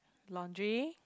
laundry